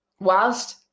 whilst